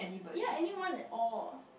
ya anyone at all